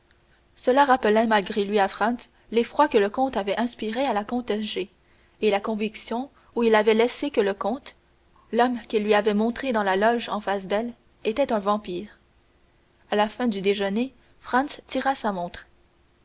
cela rappelait malgré lui à franz l'effroi que le comte avait inspiré à la comtesse g et la conviction où il l'avait laissée que le comte l'homme qu'il lui avait montré dans la loge en face d'elle était un vampire à la fin du déjeuner franz tira sa montre